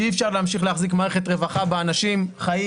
שאי אפשר להחזיק מערכת רווחה כשאנשים חיים